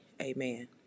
Amen